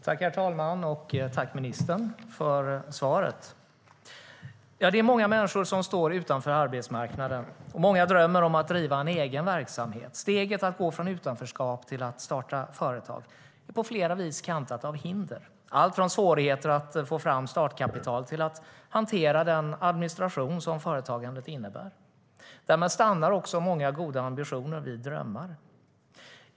Herr talman! Tack, ministern, för svaret! Det är många människor som står utanför arbetsmarknaden, och många drömmer om att driva en egen verksamhet. Steget att gå från utanförskap till att starta företag är på flera vis kantat av hinder, alltifrån svårigheter att få fram startkapital till att hantera den administration som företagandet innebär. Därmed stannar också många goda ambitioner vid drömmar.